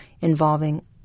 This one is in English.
involving